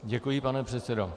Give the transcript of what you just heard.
Děkuji, pane předsedo.